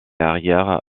arrière